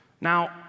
Now